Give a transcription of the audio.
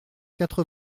quatre